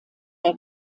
der